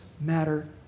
matter